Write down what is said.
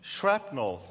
Shrapnel